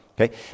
okay